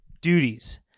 Duties